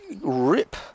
rip